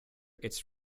its